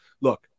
look